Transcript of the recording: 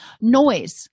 Noise